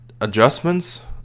adjustments